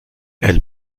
elle